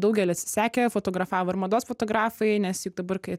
daugelis sekė fotografavo ir mados fotografai nes juk dabar kai